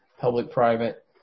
public-private